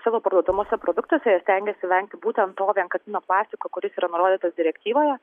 savo parduodamuose produktuose jie stengiasi vengti būtent to vienkartinio plastiko kuris yra nurodytas direktyvoje